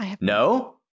no